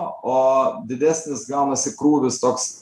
o didesnis gaunasi krūvis toks